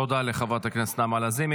תודה לחברת הכנסת נעמה לזימי.